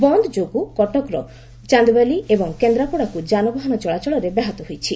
ବନ୍ଦ ଯୋଗୁଁ କଟକରୁ ଚାନ୍ଦବାଲି ଏବଂ କେନ୍ଦ୍ରାପଡ଼ାକୁ ଯାନବାହାନ ଚଳାଚଳରେ ବ୍ୟାହତ ହୋଇଛି